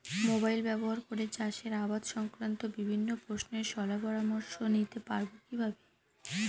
Mobile ব্যাবহার করে চাষের আবাদ সংক্রান্ত বিভিন্ন প্রশ্নের শলা পরামর্শ নিতে পারবো কিভাবে?